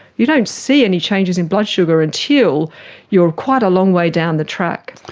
you don't see any changes in blood sugar until you are quite a long way down the track.